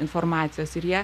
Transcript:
informacijos ir jie